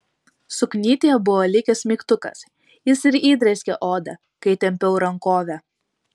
suknytėje buvo likęs smeigtukas jis ir įdrėskė odą kai tempiau rankovę